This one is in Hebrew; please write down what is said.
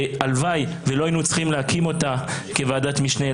הלוואי ולא היינו צריכים להקים אותה כוועדת משנה,